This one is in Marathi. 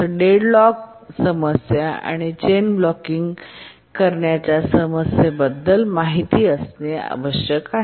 डेडलॉक समस्या आणि चैन ब्लॉकिंग करण्याच्या समस्ये बद्दल माहिती असणे आवश्यक आहे